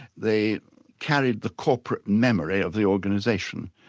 they carried the corporate memory of the organisation.